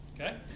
Okay